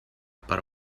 per